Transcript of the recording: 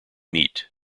meat